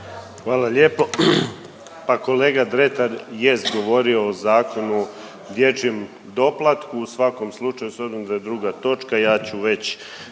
Hvala lijepo, pa kolega Dretar jest govorio o Zakonu o dječjem doplatku, u svakom slučaju s obzirom da je druga točka ja ću već